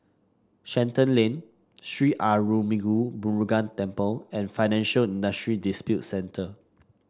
Shenton Lane Sri Arulmigu Murugan Temple and Financial Industry Disputes Center